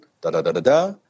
da-da-da-da-da